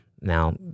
Now